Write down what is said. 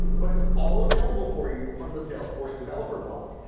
but it's all available for you from the salesforce developer blog.